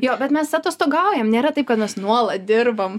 jo bet mes atostogaujam nėra taip kad mes nuolat dirbam